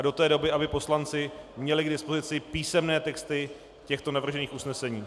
Do té doby aby poslanci měli k dispozici písemné texty těchto navržených usnesení.